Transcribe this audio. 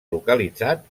localitzat